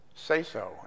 say-so